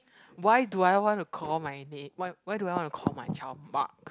why do I want to call my name why why do I want to call my child Mark